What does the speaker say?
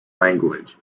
language